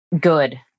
good